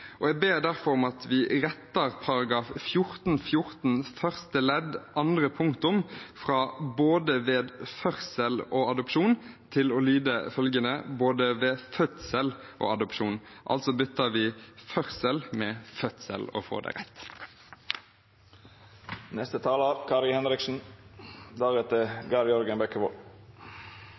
Jeg ber derfor om at vi retter § 14-14 første ledd andre punktum fra «Både ved førsel og adopsjon …» til å lyde «Både ved fødsel og adopsjon …». Vi bytter altså «førsel» med «fødsel» og får det rett.